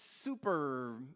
super